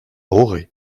auray